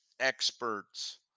experts